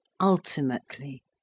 ultimately